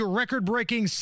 record-breaking